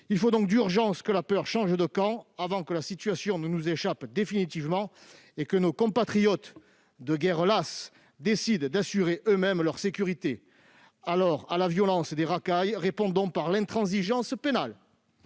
Il faut d'urgence que la peur change de camp, avant que la situation ne nous échappe définitivement et que nos compatriotes, de guerre lasse, ne décident d'assurer eux-mêmes leur sécurité. À la violence des racailles, répondons par l'intransigeance pénale